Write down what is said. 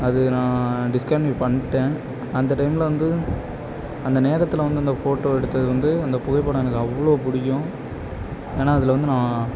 அது நான் டிஸ்க்கண்ட்னியூ பண்ணிட்டேன் அந்த டைமில் வந்து அந்த நேரத்தில் வந்து அந்த ஃபோட்டோ எடுத்தது வந்து அந்த புகைப்படம் எனக்கு அவ்வளோ பிடிக்கும் ஏன்னால் அதில் வந்து நான்